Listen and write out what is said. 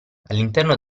all’interno